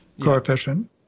coefficient